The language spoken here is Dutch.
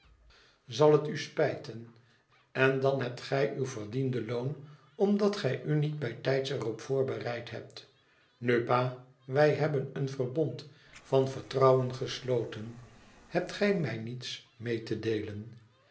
zal het u spijten en dan hebt gij uw verdiende loon omdat gij u niet bijtijds er op voorbereid hebt nu pa wij hebben een verbond van vertrouwen gesloten hebt gij mij niets mee te deelcn